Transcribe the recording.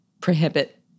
prohibit